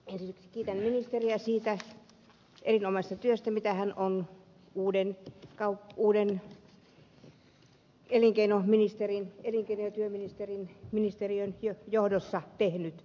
ensiksi kiitän ministeriä siitä erinomaisesta työstä mitä hän on uuden elinkeino ja työministeriön johdossa tehnyt